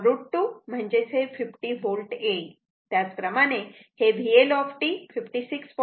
7√ 2 50 V येईल त्याचप्रमाणे हे VL 56